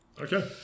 Okay